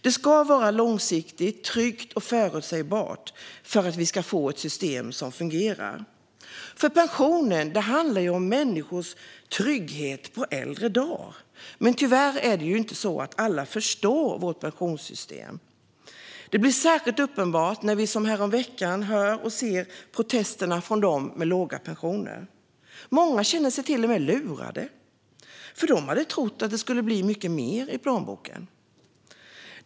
Det krävs att systemet är långsiktigt, tryggt och förutsägbart för att det ska fungera, för pensionen handlar ju om människors trygghet på äldre dagar. Men tyvärr förstår ju inte alla vårt pensionssystem. Det blev särskilt uppenbart när vi häromveckan hörde och såg protesterna från dem med låga pensioner. Många känner sig till och med lurade, för de hade trott att det skulle bli mycket mer i plånboken.